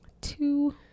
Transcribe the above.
Two